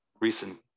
recent